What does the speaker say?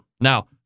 Now